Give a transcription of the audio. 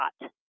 hot